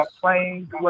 playing